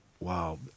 wow